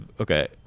okay